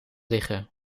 liggen